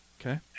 Okay